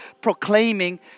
proclaiming